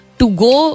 to-go